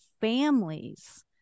families